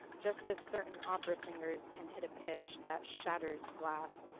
just as certain opera singers can hit a pitch that shatters glass,